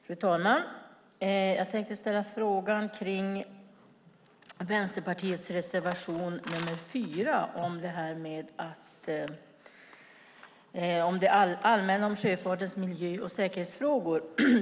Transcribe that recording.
Fru talman! Jag tänkte ställa en fråga kring Vänsterpartiets reservation nr 4, allmänt om sjöfartens miljö och säkerhetsfrågor.